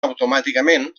automàticament